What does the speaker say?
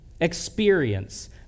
experience